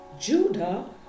Judah